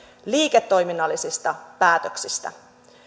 liiketoiminnallisista päätöksistä